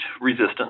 resistance